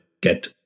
get